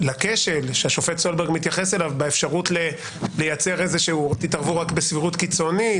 לכשל שהשופט סולברג מתייחס אליו: תתערבו רק בסבירות קיצונית,